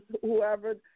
whoever